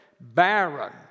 barren